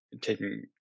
taking